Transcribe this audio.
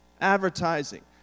Advertising